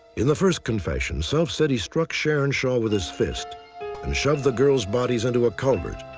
in the first confession, self said he struck sharon shaw with his fist and shoved the girl's bodies into a culvert.